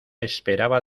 esperaba